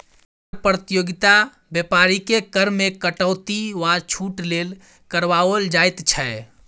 कर प्रतियोगिता बेपारीकेँ कर मे कटौती वा छूट लेल करबाओल जाइत छै